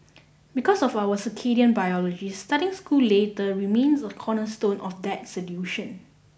because of our circadian biology starting school later remains a cornerstone of that solution